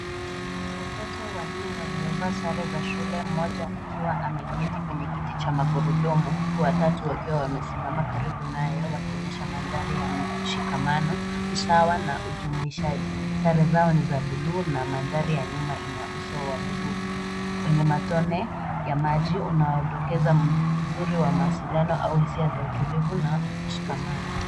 Watoto wanne waliovaa sare za shule mmoja akiwa ameketi kwenye kiti cha magurudumu, huku watatu wakiwa wamesimama karibu naye wakionyesha mandhari ya mshikamano, usawa na ujumuishaji. Sare zao ni za bluu na mandhari ya nyuma ina uso wa bluu, wenye matone ya maji unaodokeza mzuri wa mawasiliano au hisia za utulivu na mshikamano.